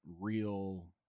real